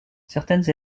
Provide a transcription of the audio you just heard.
certaines